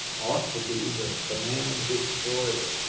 ought to be their command historian.